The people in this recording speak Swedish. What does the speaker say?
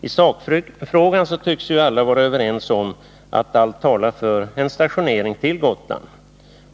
I sakfrågan tycks alla vara överens om att allt talar för en stationering på Gotland.